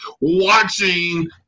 watching